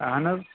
اہَن حظ